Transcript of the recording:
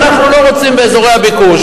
אנחנו לא רוצים באזורי הביקוש,